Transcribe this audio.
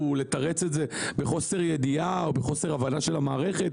לתרץ את זה בחוסר ידיעה או בחוסר הבנה של המערכת.